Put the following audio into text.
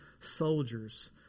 soldiers